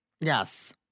Yes